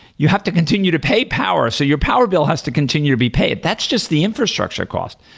you have to continue to pay power, so your power bill has to continue to be paid. that's just the infrastructure cost.